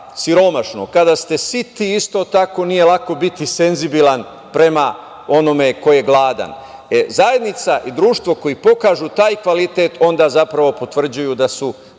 siromašnog. Kada ste siti, isto tako nije lako biti senzibilan prema onome ko je gladan. Zajednica i društvo koji pokažu taj kvalitet, onda potvrđuju da je